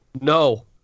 No